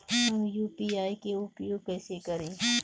हम यू.पी.आई के उपयोग कइसे करी?